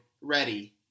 READY